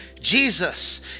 Jesus